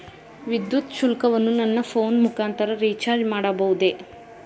ವಿದ್ಯುತ್ ಶುಲ್ಕವನ್ನು ನನ್ನ ಫೋನ್ ಮುಖಾಂತರ ರಿಚಾರ್ಜ್ ಮಾಡಬಹುದೇ?